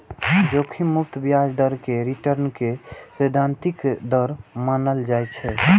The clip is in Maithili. जोखिम मुक्त ब्याज दर कें रिटर्न के सैद्धांतिक दर मानल जाइ छै